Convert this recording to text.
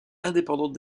indépendante